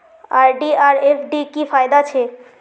RD आर FD की फ़ायदा छे?